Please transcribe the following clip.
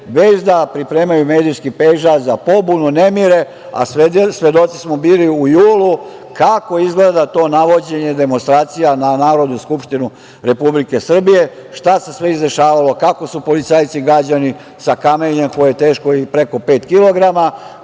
već da pripremaju medijski pejzaž za pobunu, nemire, a svedoci smo bili u julu kako izgleda to navođenje demonstracija na Narodnu skupštinu Republike Srbije, šta se sve izdešavalo, kako su policajci gađani sa kamenjem koje je teško preko pet kilograma,